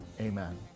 Amen